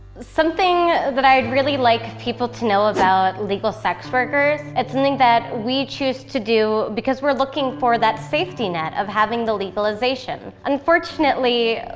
something that i'd really like people to know about legal sex workers, it's something that we choose to do because we're looking for that safety net of having the legalization. unfortunately,